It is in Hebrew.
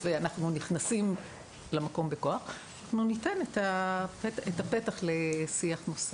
ואנחנו נכנסים למקום בכוח אלא אנחנו ניתן את הפתח לשיח נוסף.